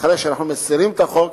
אחרי שנסיר את החוק,